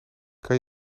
kan